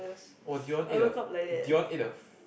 oh Dion ate the Dion ate the f~